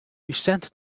resented